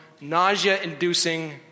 nausea-inducing